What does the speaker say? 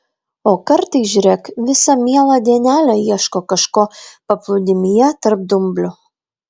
o kartais žiūrėk visą mielą dienelę ieško kažko paplūdimyje tarp dumblių